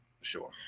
sure